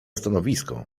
stanowisko